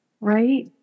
right